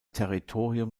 territorium